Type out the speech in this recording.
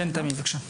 תמי, בבקשה.